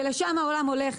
ולשם העולם הולך,